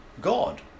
God